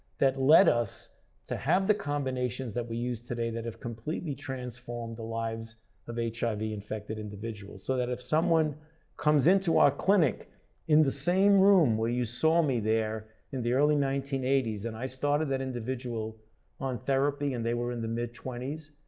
that led us to have the combinations that we use today that have completely transformed the lives of hiv-infected individuals, so that if someone comes into our clinic in the same room where you saw me there in the early nineteen eighty s and i started that individual on therapy and they were in the mid twenty s,